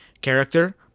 character